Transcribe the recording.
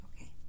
Okay